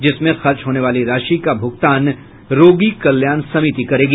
जिसमें खर्च होने वाली राशि का भूगतान रोगी कल्याण समिति करेगी